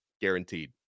guaranteed